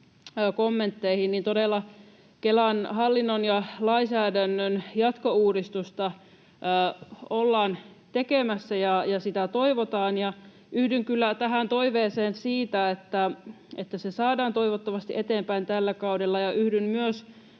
kommentteihin, todella Kelan hallinnon ja lainsäädännön jatkouudistusta ollaan tekemässä ja sitä toivotaan, ja yhdyn kyllä toiveeseen siitä, että se saadaan toivottavasti eteenpäin tällä kaudella,